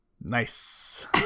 Nice